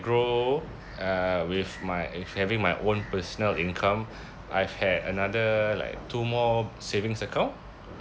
grow uh with my having my own personal income I've had another like two more savings account